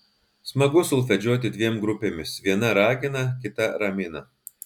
smagu solfedžiuoti dviem grupėmis viena ragina kita ramina